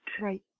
Right